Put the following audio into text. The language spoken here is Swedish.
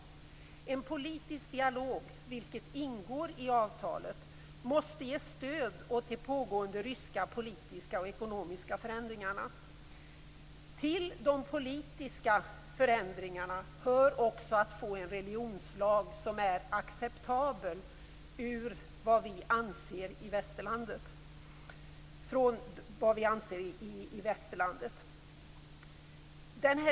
Den politiska dialog som ingår i avtalet måste ge stöd åt de pågående ryska politiska och ekonomiska förändringarna. Till de politiska förändringarna hör också att få en religionslag som är acceptabel ur västerländsk synpunkt.